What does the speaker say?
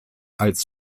als